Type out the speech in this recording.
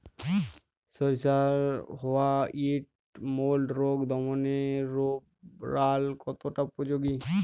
সরিষার white mould রোগ দমনে রোভরাল কতটা উপযোগী?